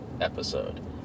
episode